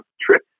Trip